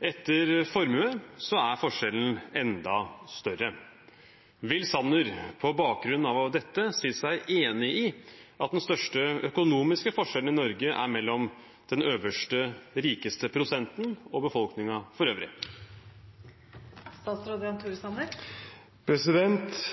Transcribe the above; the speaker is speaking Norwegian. Etter formue er forskjellen enda større. Vil statsråden på bakgrunn av dette si seg enig i at den største økonomiske forskjellen i Norge er mellom den øverste rikeste prosenten og befolkningen for øvrig?»